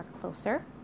closer